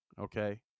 okay